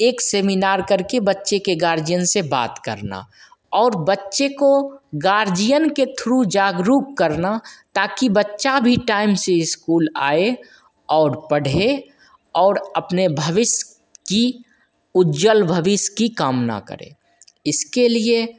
एक सेमिनार करके बच्चे के गार्जियन से बात करना और बच्चे को गार्जियन के थ्रू जागरूक करना ताकि बच्चा भी टाइम से स्कूल आए और पढ़े और अपने भविष्य की उज्ज्वल भविष्य की कामना करे इसके लिए